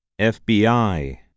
FBI